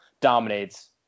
dominates